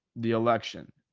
the election,